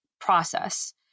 process